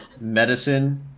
medicine